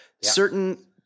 certain